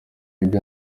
ibye